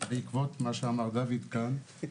שבעקבות מה שאמר דוד כאן,